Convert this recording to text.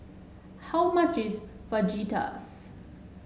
how much is Fajitas